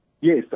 Yes